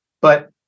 But-